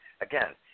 again